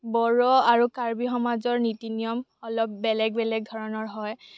বড়ো আৰু কাৰ্বি সমাজৰ নীতি নিয়ম অলপ বেলেগ বেলেগ ধৰণৰ হয়